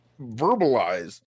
verbalize